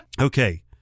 Okay